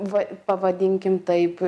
va pavadinkim taip